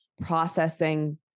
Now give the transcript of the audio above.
processing